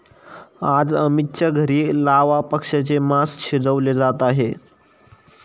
आज अमितच्या घरी लावा पक्ष्याचे मास शिजवले जात आहे